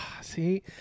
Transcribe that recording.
See